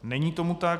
Není tomu tak.